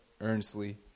earnestly